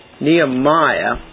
Nehemiah